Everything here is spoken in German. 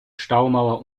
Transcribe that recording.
staumauer